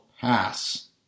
pass